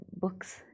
books